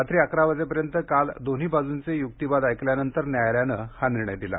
रात्री अकरा वाजेपर्यंत काल दोन्ही बाजूंचे युक्तिवाद ऐकल्यानंतर न्यायालयानं हा निर्णय दिला